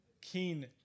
keen